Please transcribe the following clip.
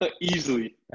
Easily